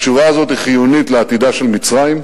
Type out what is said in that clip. התשובה הזאת היא חיונית לעתידה של מצרים,